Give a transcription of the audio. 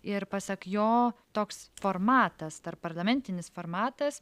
ir pasak jo toks formatas tarpparlamentinis formatas